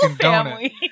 family